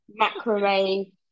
macrame